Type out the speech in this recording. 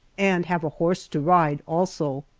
and have a horse to ride also.